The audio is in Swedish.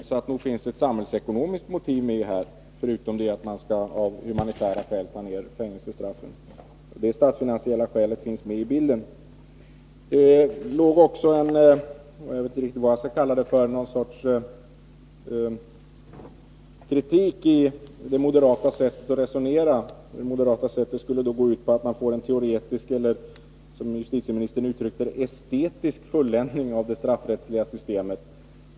Nog finns det alltså ett samhällsekonomiskt motiv med i bilden förutom det att man av humanitära skäl skall skära ned fängelsestraffet. Sedan förde justitieministern också fram någon sorts kritik mot det moderata sättet att resonera. Det skulle gå ut på en, som justitieministern uttryckte det, ”estetisk” fulländning av det straffrättsliga systemet.